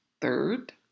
third